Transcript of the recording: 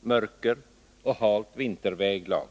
mörker och halt vinterväglag.